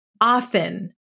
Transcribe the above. often